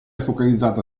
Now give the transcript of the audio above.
focalizzata